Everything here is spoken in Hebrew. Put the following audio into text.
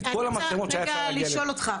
כל המצלמות שאפשר היה להגיע אליו.